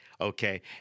okay